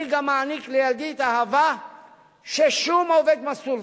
אני גם מעניק לילדי את האהבה ששום עובד מסור,